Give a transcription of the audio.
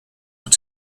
were